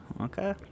Okay